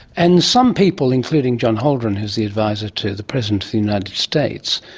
and some people, including john holdren who is the advisor to the president of the united states,